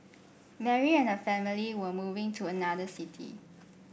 Mary and her family were moving to another city